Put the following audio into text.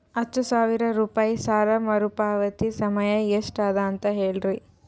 ಹತ್ತು ಸಾವಿರ ರೂಪಾಯಿ ಸಾಲ ಮರುಪಾವತಿ ಸಮಯ ಎಷ್ಟ ಅದ ಅಂತ ಹೇಳರಿ?